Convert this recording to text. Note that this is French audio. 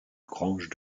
grange